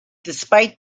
despite